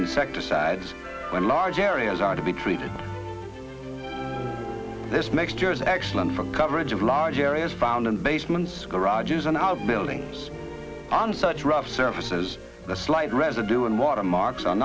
insecticides when large areas are to be treated this mixture is excellent for coverage of large areas found in basements garages and outbuildings and such rough surfaces the slight residue and water